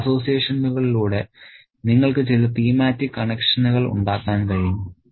ഈ അസോസിയേഷനുകളിലൂടെ നിങ്ങൾക്ക് ചില തീമാറ്റിക് കണക്ഷനുകൾ ഉണ്ടാക്കാൻ കഴിയും